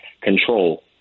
control